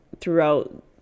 throughout